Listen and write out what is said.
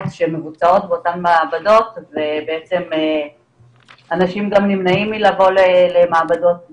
שמבוצעות באותן מעבדות ובעצם אנשים גם נמנעים מלבוא למעבדות,